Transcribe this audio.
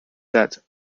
that